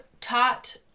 taught